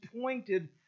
pointed